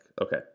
okay